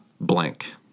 Blank